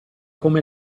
come